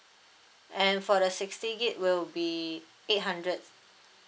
and for the sixty gigabyte will be eight hundred